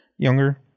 Younger